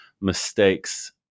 mistakes